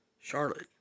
Charlotte